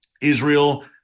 Israel